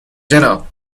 جناب